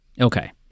Okay